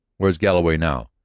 where's galloway now?